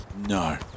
No